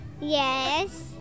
Yes